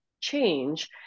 change